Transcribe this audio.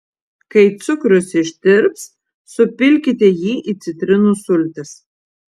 kai cukrus ištirps supilkite jį į citrinų sultis